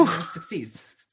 Succeeds